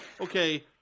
okay